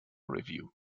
review